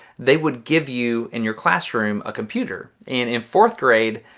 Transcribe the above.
they would give you in your classroom a computer in in fourth grade,